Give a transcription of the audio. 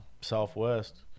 Southwest